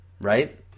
Right